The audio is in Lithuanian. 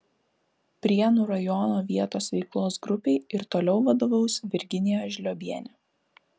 prienų rajono vietos veiklos grupei ir toliau vadovaus virginija žliobienė